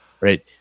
right